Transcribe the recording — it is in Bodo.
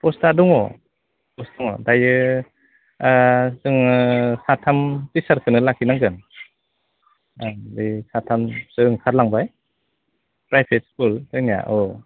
पस्टआ दङ पस्ट दङ दायो जोङो साथाम टिचारखोनो लाखिनांगोन साथामसो ओंखारलांबाय प्राइभेट स्कुल जोंनिया औ